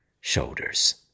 shoulders